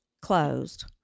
closed